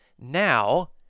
Now